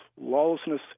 lawlessness